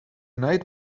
night